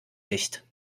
nicht